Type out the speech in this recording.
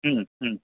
हं हं